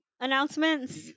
announcements